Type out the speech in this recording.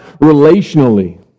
relationally